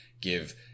give